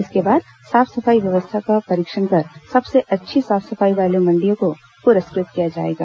इसके बाद साफ सफाई व्यवस्था का परीक्षण कर सबसे अच्छी साफ सफाई वाली मंडियों को पुरस्कृत किया जाएगा